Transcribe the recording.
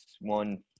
one